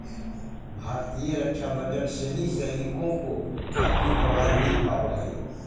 भारतीय रक्षा बजट से ही सैनिकों को अपनी पगार मिल पावा हई